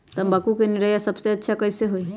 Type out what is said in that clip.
तम्बाकू के निरैया सबसे अच्छा कई से होई?